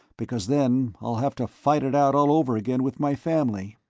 because then i'll have to fight it out all over again with my family.